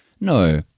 No